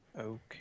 Okay